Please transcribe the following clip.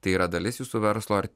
tai yra dalis jūsų verslo ar